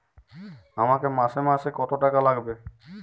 আমাকে মাসে মাসে কত টাকা লাগবে?